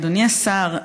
אדוני השר,